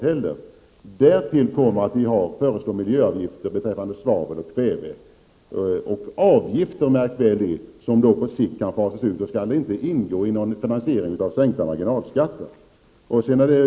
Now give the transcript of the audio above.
Till detta kommer att vi föreslår miljöavgifter beträffande svavel och kväve. Det är avgifter, märk väl, som på sikt kan fasas ut. De skall då inte ingå i en finansiering av sänkta marginalskatter.